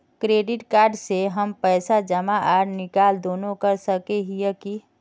Credit card से हम पैसा जमा आर निकाल दोनों कर सके हिये की?